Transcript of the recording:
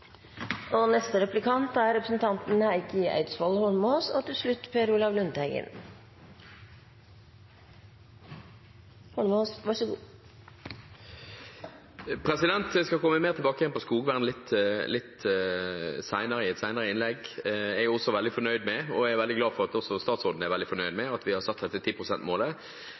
skal komme tilbake igjen til skogvern litt senere, i et senere innlegg. Jeg er veldig fornøyd med – og er veldig glad for at også statsråden er veldig fornøyd med – at vi har satt